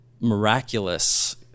miraculous